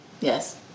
yes